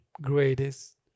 greatest